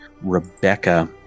Rebecca